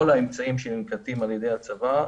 כל האמצעים שננקטים על ידי הצבא,